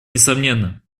несомненно